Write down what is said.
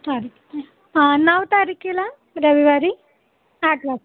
तारीख हां नऊ तारखेला रविवारी आठ वाज